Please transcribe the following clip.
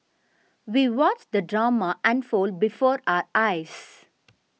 we watched the drama unfold before our eyes